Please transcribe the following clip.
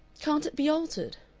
can't it be altered?